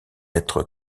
être